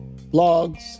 blogs